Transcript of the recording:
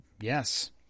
Yes